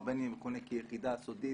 ובין אם יכונה כיחידה סודית,